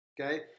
okay